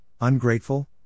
ungrateful